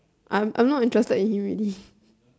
I'm I'm not interested in him already